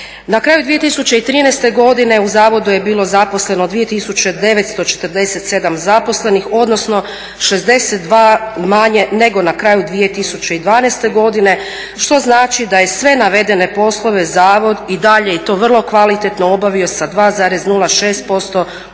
Na kraju 2013.godine u zavodu je bilo zaposleno 2.947 zaposlenih odnosno 62 manje nego na kraju 2012.godine što znači da je sve navedene poslove zavod i dalje i to vrlo kvalitetno obavio sa 2,06% manje